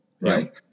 right